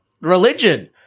religion